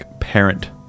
parent